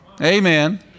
Amen